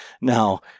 Now